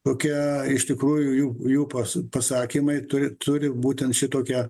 kokia iš tikrųjų jų jų pas pasakymai turi turi būtent šitokią